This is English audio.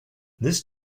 this